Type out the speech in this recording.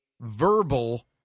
verbal